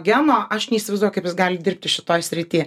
geno aš neįsivaizduoju kaip jis gali dirbti šitoj srity